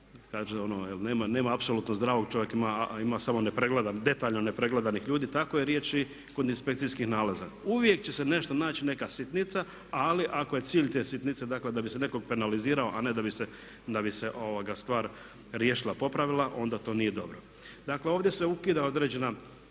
naći jer nema apsolutno zdravog čovjeka. Ima samo nepregledan, detaljno ne pregledanih ljudi. Tako je riječ i kod inspekcijskih nalaza. Uvijek će se nešto naći, neka sitnica, ali ako je cilj te sitnice dakle da bi se nekog penaliziralo a ne da bi se stvar riješila, popravila onda to nije dobro. Dakle, ovdje se ukida određeno